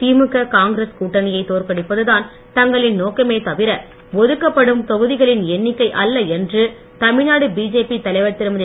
திமுக காங்கிரஸ் கூட்டணியை தோற்கடிப்பதுதான் தங்களின் நோக்கமே தவிர ஒதுக்கப்படும் தொகுதிகளின் எண்ணிக்கை அல்ல என்று தமிழ்நாடு பிஜேபி தலைவர் திருமதி